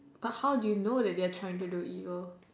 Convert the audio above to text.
but how do you know that they are trying to do evil